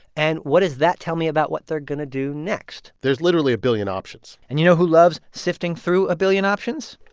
and what does that tell me about what they're going to do next? there's literally a billion options and you know who loves sifting through a billion options?